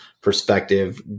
perspective